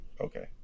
okay